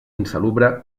insalubre